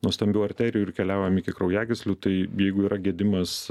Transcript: nuo stambių arterijų ir keliaujam iki kraujagyslių tai jeigu yra gedimas